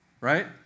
Right